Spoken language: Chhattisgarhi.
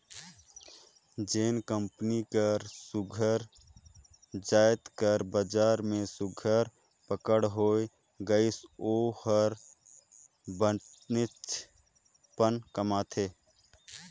जेन कंपनी कर सुग्घर जाएत कर बजार में सुघर पकड़ होए गइस ओ हर बनेचपन कमाथे